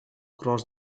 cross